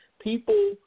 People